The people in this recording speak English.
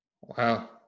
Wow